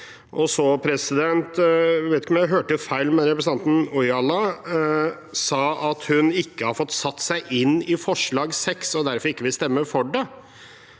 Så: Jeg vet ikke om jeg hørte feil, men representanten Ojala sa at hun ikke hadde fått satt seg inn i forslag nr. 6 og derfor ikke ville stemme for det.